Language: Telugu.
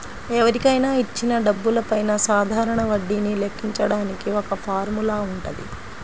ఎవరికైనా ఇచ్చిన డబ్బులపైన సాధారణ వడ్డీని లెక్కించడానికి ఒక ఫార్ములా వుంటది